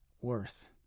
worth